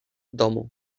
domu